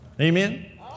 Amen